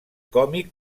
còmic